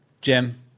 Jim